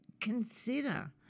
consider